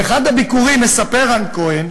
באחד הביקורים, מספר רן כהן,